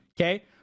Okay